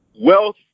wealth